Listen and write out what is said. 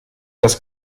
das